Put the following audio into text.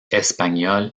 espagnol